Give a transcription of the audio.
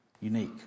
unique